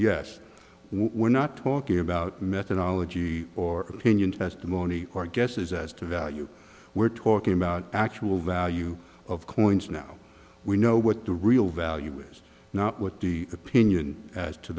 yes we're not talking about methodology or opinion testimony or guesses as to value we're talking about actual value of coins now we know what the real value is not what do you opinion as to